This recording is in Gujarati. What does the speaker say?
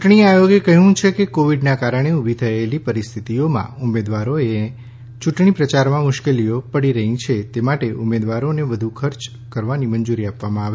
ચૂંટણી આયોગે કહ્યું હતું કે કોવિડના કારણે ઉભી થયેલી પરિસ્થિતિઓમાં ઉમેદવારોને ચૂંટણી પ્રચારમાં મુશ્કેલીઓ પડી રહી છે માટે ઉમેદવારોને વધુ ખર્ચની મંજૂરી આપવામાં આવે